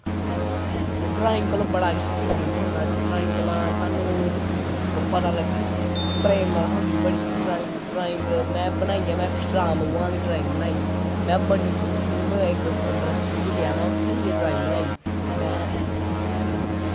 drawing कोला बड़ा कुछ सिक्खने गी थ्होंदा ऐ ठीक ऐ ड्राईंग कोला स्हानू पता लगदा प्रेरणा थ्होंदी बड़ी ड्राईंग में बनाइयै में राम भगवान दी ड्राईंग बनाई में बड़ी इक फिल्म इंडस्ट्री च गेआ में उत्थें जाईयै ड्राईंग बनाई में